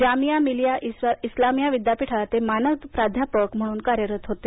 जामिया मिलीया इस्लामिया विद्यापीठात ते मानद प्राध्यापक म्हणून कार्यरत होते